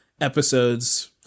episodes